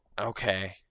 Okay